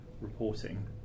reporting